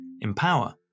empower